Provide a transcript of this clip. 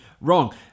wrong